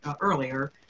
earlier